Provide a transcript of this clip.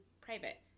private